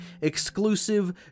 exclusive